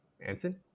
Anson